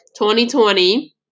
2020